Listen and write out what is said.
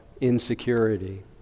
insecurity